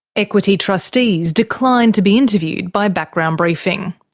equity trustees declined to be interviewed by background briefing.